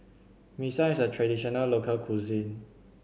Mee Siam is a traditional local cuisine